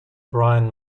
brien